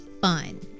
fun